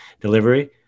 delivery